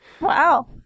wow